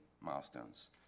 milestones